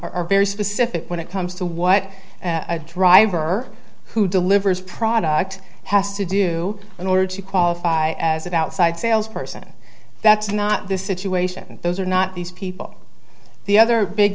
r very specific when it comes to what a driver who delivers product has to do in order to qualify as outside sales person that's not the situation those are not these people the other big